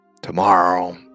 tomorrow